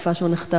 בתקופה שהוא נחטף.